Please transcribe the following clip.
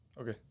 Okay